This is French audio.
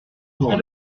tours